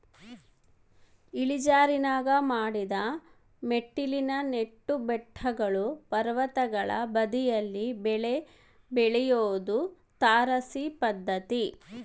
ಇಳಿಜಾರಿನಾಗ ಮಡಿದ ಮೆಟ್ಟಿಲಿನ ನೆಟ್ಟು ಬೆಟ್ಟಗಳು ಪರ್ವತಗಳ ಬದಿಗಳಲ್ಲಿ ಬೆಳೆ ಬೆಳಿಯೋದು ತಾರಸಿ ಪದ್ಧತಿ